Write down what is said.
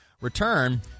return